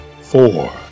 four